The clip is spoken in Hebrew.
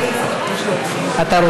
רק